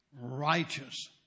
righteous